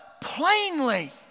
plainly